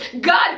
God